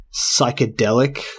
psychedelic